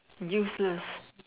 useless